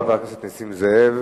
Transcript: חבר הכנסת נסים זאב,